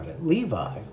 Levi